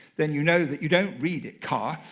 then you know that you don't read it ka.